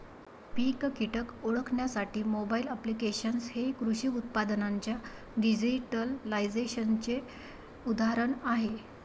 पीक कीटक ओळखण्यासाठी mobile applications हे कृषी उत्पादनांच्या डिजिटलायझेशनचे उदाहरण आहे